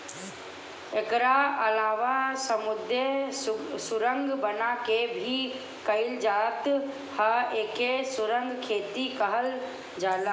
एकरा अलावा समुंदर सुरंग बना के भी कईल जात ह एके सुरंग खेती कहल जाला